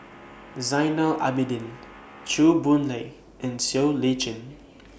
Zainal Abidin Chew Boon Lay and Siow Lee Chin